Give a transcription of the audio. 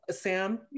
Sam